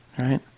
right